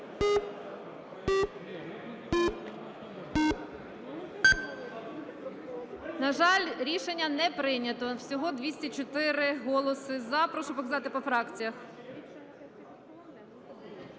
На жаль, рішення не прийнято. Всього 204 голоси "за". Прошу показати по фракціях.